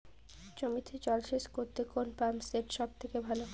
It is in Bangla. জমিতে জল সেচ করতে কোন পাম্প সেট সব থেকে ভালো?